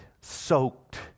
soaked